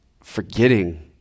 forgetting